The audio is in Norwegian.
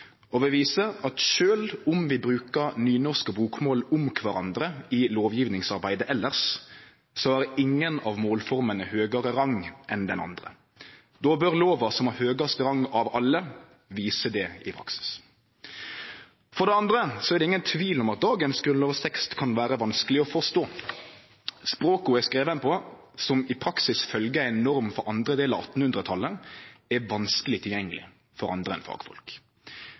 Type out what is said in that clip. og vil vise at sjølv om vi brukar nynorsk og bokmål om kvarandre i lovgjevingsarbeidet elles, så har ingen av målformene høgare rang enn den andre. Då bør lova som har høgast rang av alle, vise det i praksis. For det andre er det ingen tvil om at dagens grunnlovstekst kan vere vanskeleg å forstå. Språket lova er skriven på – som i praksis følgjer ein norm frå andre del av 1800-talet – er vanskeleg tilgjengeleg for andre enn fagfolk.